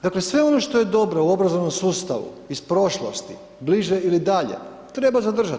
Dakle, sve ono što je dobro u obrazovnom sustavu iz prošlosti, bliže ili dalje, treba zadržati.